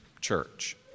Church